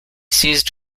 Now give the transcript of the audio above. seized